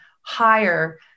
higher